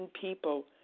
people